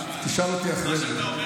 אני לא צועק, רק שואל.